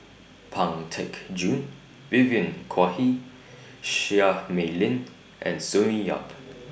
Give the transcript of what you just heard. Pang Teck Joon Vivien Quahe Seah Mei Lin and Sonny Yap